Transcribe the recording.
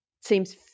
seems